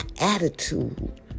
attitude